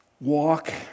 Walk